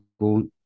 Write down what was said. go